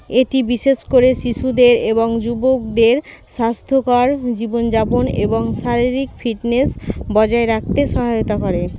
এটি বিশেষ করে শিশুদের এবং যুবকদের স্বাস্থ্যকর জীবনযাপন এবং শারীরিক ফিটনেস বজায় রাখতে সহায়তা করে